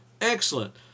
excellent